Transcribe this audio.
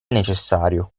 necessario